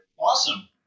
Awesome